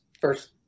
first